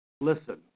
Listen